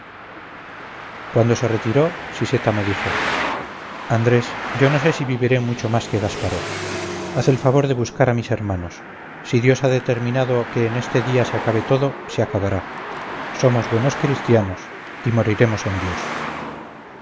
cuando se retiró siseta me dijo andrés yo no sé si viviré mucho más que gasparó haz el favor de buscar a mis hermanos si dios ha determinado que en este día se acabe todo se acabará somos buenos cristianos y moriremos en dios